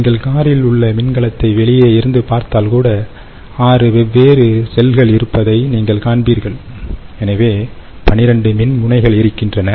நீங்கள் காரில் உள்ள மின்கலத்தை வெளியில் இருந்து பார்த்தால் கூட 6 வெவ்வேறு செல்கள் இருப்பதை நீங்கள் காண்பீர்கள் எனவே 12 மின்முனைகள் இருக்கின்றன